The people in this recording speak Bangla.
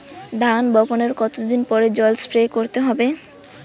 ধান বপনের কতদিন পরে জল স্প্রে করতে হবে?